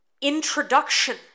introduction